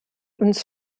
uns